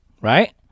right